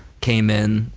came in,